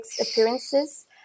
appearances